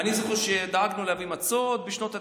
אני זוכר שדאגנו להביא מצות בשנות התשעים,